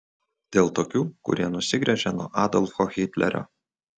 dėl tokių kurie nusigręžė nuo adolfo hitlerio